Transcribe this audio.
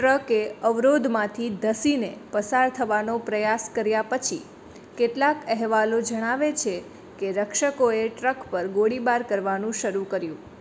ટ્રકે અવરોધમાંથી ધસીને પસાર થવાનો પ્રયાસ કર્યા પછી કેટલાક અહેવાલો જણાવે છે કે રક્ષકોએ ટ્રક પર ગોળીબાર કરવાનું શરૂ કર્યું